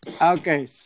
Okay